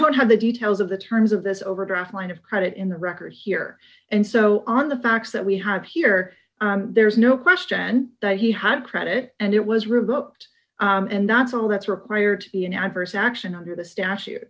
don't have the details of the terms of this overdraft line of credit in the record here and so on the facts that we have here there's no question that he had credit and it was revoked and that's all that's required to be an adverse action under the statu